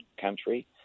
country